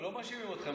לא מאשימים אתכם,